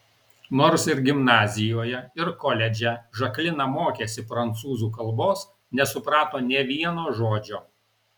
nors ir gimnazijoje ir koledže žaklina mokėsi prancūzų kalbos nesuprato nė vieno žodžio